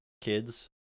kids